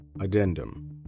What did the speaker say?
Addendum